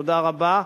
תודה רבה.